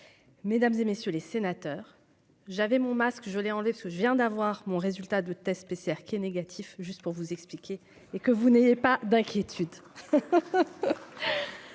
mesdames et messieurs les sénateurs, j'avais mon masque, je l'ai enlevé parce que je viens d'avoir mon résultat de test PCR qui est négatif, juste pour vous expliquer et que vous n'ayez pas d'inquiétude.